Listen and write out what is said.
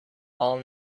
all